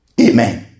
Amen